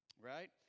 Right